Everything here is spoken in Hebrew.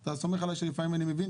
אתה סומך עליי שלפעמים אני מבין?